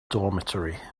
dormitory